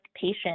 patient